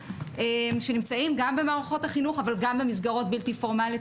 שנמצאים במערכות החינוך אבל גם במסגרות בלתי פורמליות,